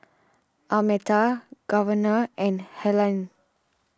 Almeta Governor and Helaine